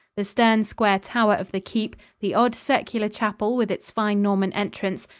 the stern square tower of the keep, the odd circular chapel with its fine norman entrance,